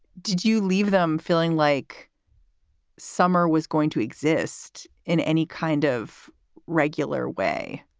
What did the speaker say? did you leave them feeling like summer was going to exist in any kind of regular way?